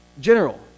general